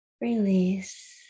release